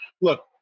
Look